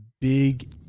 big